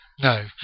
No